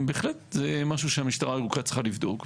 זה בהחלט משהו שהמשטרה הירוקה צריכה לבדוק.